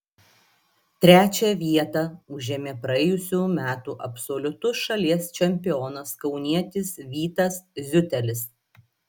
trečią vietą užėmė praėjusių metų absoliutus šalies čempionas kaunietis vytas ziutelis